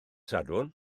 sadwrn